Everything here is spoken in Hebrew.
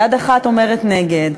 יד אחת אומרת נגד,